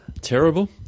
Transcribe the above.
Terrible